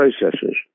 processes